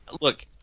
look